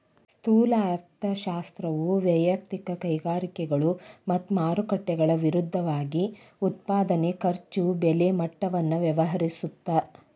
ಸ್ಥೂಲ ಅರ್ಥಶಾಸ್ತ್ರವು ವಯಕ್ತಿಕ ಕೈಗಾರಿಕೆಗಳು ಮತ್ತ ಮಾರುಕಟ್ಟೆಗಳ ವಿರುದ್ಧವಾಗಿ ಉತ್ಪಾದನೆ ಖರ್ಚು ಬೆಲೆ ಮಟ್ಟವನ್ನ ವ್ಯವಹರಿಸುತ್ತ